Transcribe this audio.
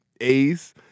A's